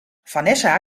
vanessa